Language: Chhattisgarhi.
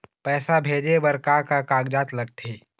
पैसा भेजे बार का का कागजात लगथे?